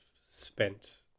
spent